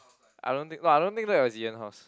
I don't think but I don't think that was Ian's house